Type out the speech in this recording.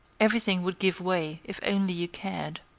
everything would give way if only you cared.